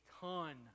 ton